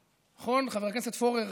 נכון, חבר הכנסת פורר?